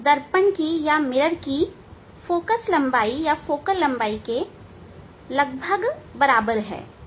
यह दर्पण की फोकल लंबाई के लगभग बराबर है